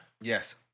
Yes